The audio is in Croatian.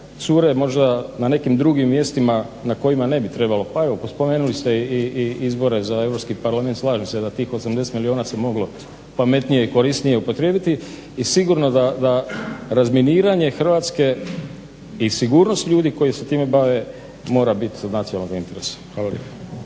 cure možda na nekim drugim mjestima na kojima ne bi trebalo. Pa evo spomenuli ste i izbore za Europski parlament. Slažem se da tih 80 milijuna se moglo pametnije i korisnije upotrijebiti i sigurno da razminiranje Hrvatske i sigurnost ljudi koji se time bave mora biti od nacionalnog interesa.